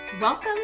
Welcome